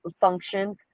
function